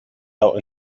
out